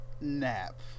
nap